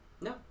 No